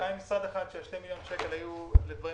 היה משרד אחד שה-2 מיליון שקלים היו לדברים